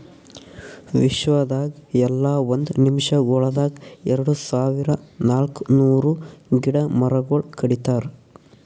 ವಿಶ್ವದಾಗ್ ಎಲ್ಲಾ ಒಂದ್ ನಿಮಿಷಗೊಳ್ದಾಗ್ ಎರಡು ಸಾವಿರ ನಾಲ್ಕ ನೂರು ಗಿಡ ಮರಗೊಳ್ ಕಡಿತಾರ್